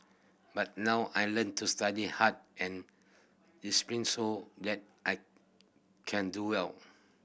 but now I learnt to study hard and so that I can do well